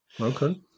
Okay